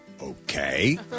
okay